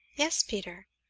yes, peter.